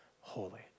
holy